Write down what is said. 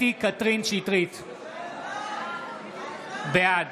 בעד